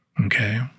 Okay